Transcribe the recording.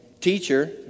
teacher